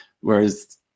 whereas